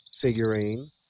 figurine